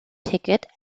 ticket